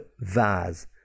vase